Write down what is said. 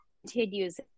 continues